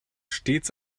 stets